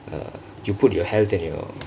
uh you put your health and your